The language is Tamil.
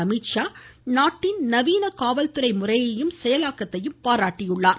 அமித்ஷா நாட்டின் நவீன காவல்துறை முறையையும் செயலாக்கத்தையும் பாராட்டியுள்ளார்